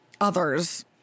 others